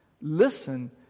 Listen